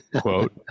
quote